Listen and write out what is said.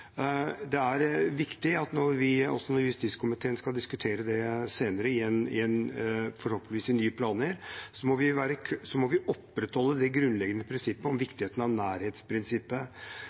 Det er viktig at når justiskomiteen skal diskutere det senere, forhåpentligvis i forbindelse med nye planer, må vi opprettholde det grunnleggende prinsippet om viktigheten av